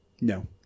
No